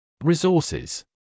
Resources